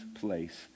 place